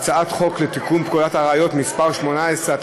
את הצעת חוק לתיקון פקודת הראיות (מס' 18),